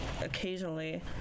occasionally